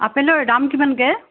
আপেলৰ দাম কিমানকৈ